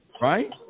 Right